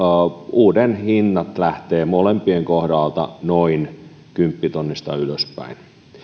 uuden hinnat lähtevät molempien kohdalla noin kymppitonnista ylöspäin